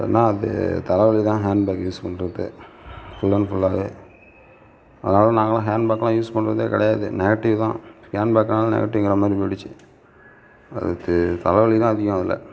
ஏன்னால் அது தலை வலி தான் ஹேண்ட்பேக் யூஸ் பண்ணுறது ஃபுல் அண்ட் ஃபுல்லாகவே அதனால் நாங்களெலாம் ஹேண்ட்பேக்லாம் யூஸ் பண்ணுறதே கிடையாது நெகட்டிவ் தான் ஹேண்ட்பேக்குனால் நெகட்டிவ்ங்கிறமாதிரி போயிடுச்சு அதுக்கு தலை வலி தான் அதிகம் அதில்